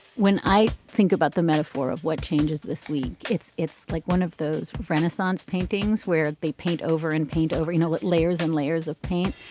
when i think about the metaphor of what changes this week. it's it's like one of those renaissance paintings where they paint over and paint over you know it layers and layers of paint.